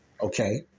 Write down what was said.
Okay